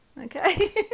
Okay